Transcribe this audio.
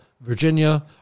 Virginia